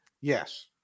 Yes